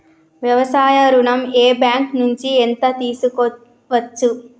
వ్యవసాయ ఋణం ఏ బ్యాంక్ నుంచి ఎంత తీసుకోవచ్చు?